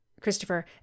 Christopher